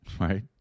right